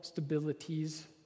stabilities